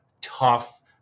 tough